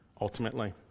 ultimately